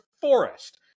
forest